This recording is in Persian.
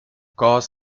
گاز